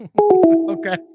Okay